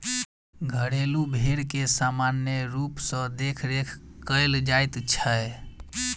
घरेलू भेंड़ के सामान्य रूप सॅ देखरेख कयल जाइत छै